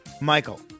Michael